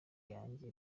yanjye